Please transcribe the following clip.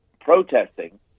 protesting